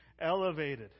elevated